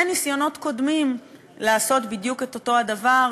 ניסיונות קודמים לעשות בדיוק אותו דבר,